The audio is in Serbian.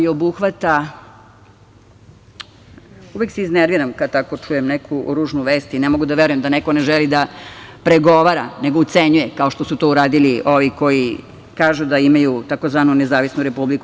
Uvek se iznerviram kada tako čujem neku ružnu vest i ne mogu da verujem da neko ne želi da pregovara nego ucenjuje, kao što su to uradili ovi koji kažu da imaju tzv. nezavisnu republiku.